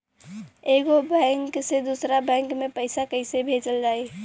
एगो बैक से दूसरा बैक मे पैसा कइसे भेजल जाई?